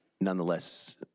Nonetheless